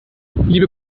liebe